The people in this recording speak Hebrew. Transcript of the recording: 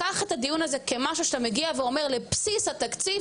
קח את הדיון הזה כמשהו שאתה מגיע ואומר לבסיס התקציב